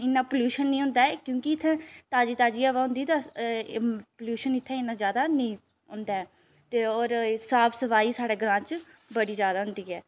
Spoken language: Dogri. इन्ना प्लयूशन नी होंदा क्योंकि इत्थै ताज़ी ताज़ी हवा होंदी ते अस प्लयूशन इत्थै इन्ना ज्यादा नेईं होंदा ऐ ते होर साफ सफाई साढ़े ग्रांऽ च बड़ी ज्यादा होंदी ऐ